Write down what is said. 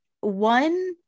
one